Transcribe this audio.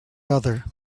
other